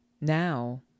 Now